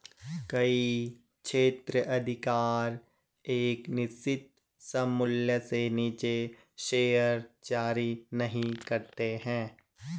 कई क्षेत्राधिकार एक निश्चित सममूल्य से नीचे शेयर जारी नहीं करते हैं